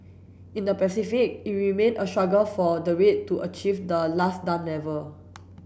in the Pacific it remained a struggle for the rate to achieve the last done level